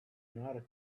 not